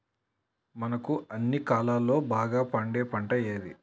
మనకు అన్ని కాలాల్లో బాగా పండే పంట ఏది?